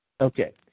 Okay